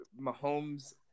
Mahomes